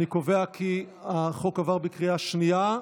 אני קובע כי הצעת החוק עברה בקריאה שנייה.